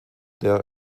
der